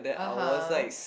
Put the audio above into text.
(uh huh)